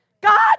God